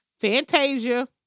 Fantasia